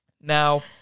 Now